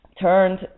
turned